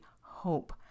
hope